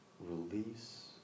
release